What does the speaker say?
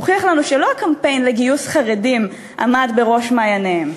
הוכיח לנו שלא הקמפיין לגיוס חרדים עמד בראש מעייניהם.